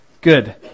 good